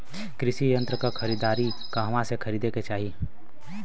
कृषि यंत्र क खरीदारी कहवा से खरीदे के चाही?